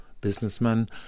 businessman